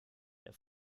der